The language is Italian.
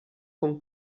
con